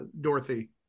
Dorothy